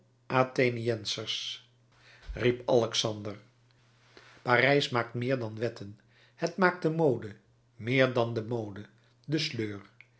atheniensers riep alexander parijs maakt meer dan wetten het maakt de mode meer dan de mode den sleur